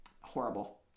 Horrible